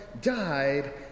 died